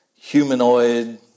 humanoid